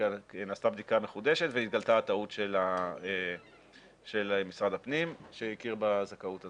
נעשתה בדיקה מחודשת והתגלתה הטעות של משרד הפנים שהכיר בזכאות הזו.